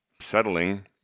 settling